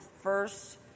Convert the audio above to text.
first